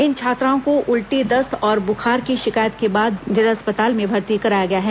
इन छात्राओं को उल्टी दस्त और बुखार की शिकायत के बाद जिला चिकित्सालय में भर्ती कराया गया है